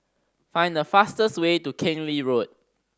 find the fastest way to Keng Lee Road